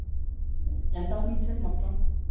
ఎంతవుతుంది సార్ మొత్తం